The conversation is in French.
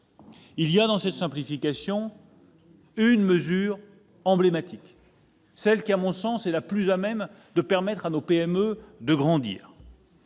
Parmi ces simplifications, il est une mesure emblématique, celle qui, à mon sens, est la plus à même de permettre à nos PME de grandir